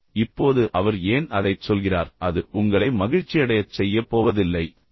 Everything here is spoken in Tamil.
இப்போது அவர் ஏன் அதைச் சொல்கிறார் அது உங்களை மகிழ்ச்சியடையச் செய்யப் போவதில்லை ஏன்